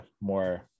more